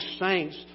saints